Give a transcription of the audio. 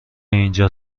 اینجا